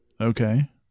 Okay